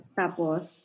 tapos